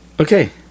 Okay